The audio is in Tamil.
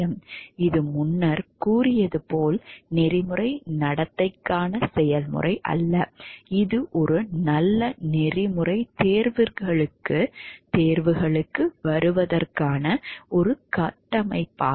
இது முன்னர் கூறியது போல் நெறிமுறை நடத்தைக்கான செய்முறை அல்ல இது ஒரு நல்ல நெறிமுறைத் தேர்வுகளுக்கு வருவதற்கான ஒரு கட்டமைப்பாகும்